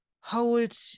hold